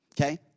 Okay